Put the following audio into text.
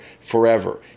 forever